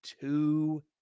two